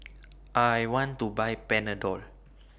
I want to Buy Panadol